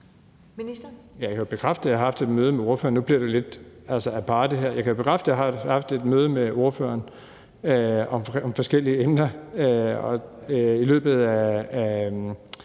Jeg kan bekræfte, at jeg har haft et møde med ordføreren om forskellige emner